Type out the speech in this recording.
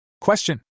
Question